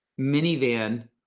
minivan